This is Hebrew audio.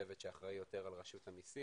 בצוות שאחראי יותר על רשות המסים.